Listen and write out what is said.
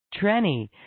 Trenny